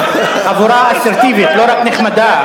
לא רק נחמדה,